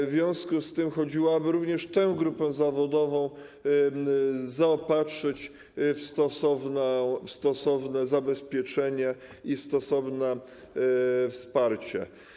W związku z tym chodziło o to, aby również tę grupę zawodową zaopatrzyć w stosowne zabezpieczenie i stosowne wsparcie.